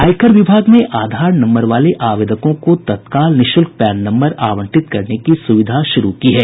आयकर विभाग ने आधार नम्बर वाले आवेदकों को तत्काल निःशुल्क पैन नम्बर आवंटित करने की सुविधा शुरू की है